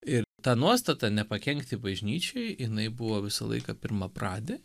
ir ta nuostata nepakenkti bažnyčiai jinai buvo visą laiką pirmapradė